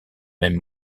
même